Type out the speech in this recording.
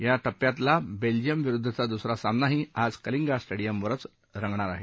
या शियातला बेल्जियम विरुद्धचा दुसरा सामनाही आज कलिंगा सांडियमवरच रंगणार आहे